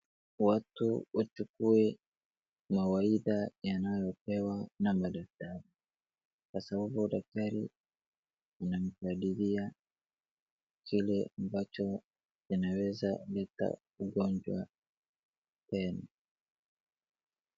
Watu wachukue mawaidha yanayopewa na madaktari kwa sababu daktari anamtabiria kile ambacho kinaweza leta ugonjwa tena.